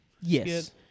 Yes